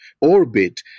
orbit